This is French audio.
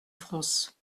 france